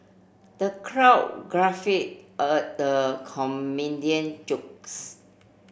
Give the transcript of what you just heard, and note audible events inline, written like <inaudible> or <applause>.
the crowd <unintelligible> the comedian jokes